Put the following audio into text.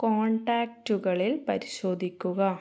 കോൺടാക്റ്റുകളിൽ പരിശോധിക്കുക